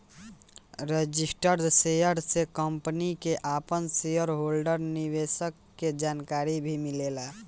registered share से company के आपन शेयर होल्डर निवेशक के जानकारी भी मिलेला